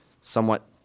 somewhat